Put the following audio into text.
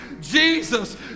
Jesus